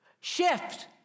Shift